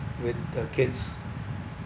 with the kids